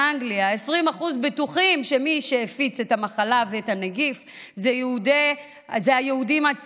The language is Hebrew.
באנגליה 20% בטוחים שמי שהפיץ את המחלה ואת הנגיף זה היהודים עצמם.